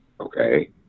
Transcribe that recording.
okay